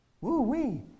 Woo-wee